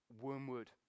Wormwood